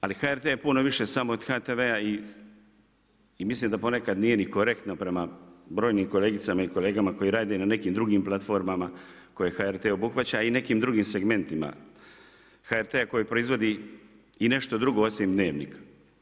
Ali HRT je puno više samo od HTV-a i mislim da ponekad nije ni korektno prema brojnim kolegicama i kolegama koji rade na nekim drugim platformama koje HRT obuhvaća i nekim drugim segmentima, HRT-a koji proizvodi i nešto drugo osim Dnevnik.